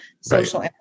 social